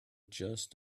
just